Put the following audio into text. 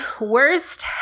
worst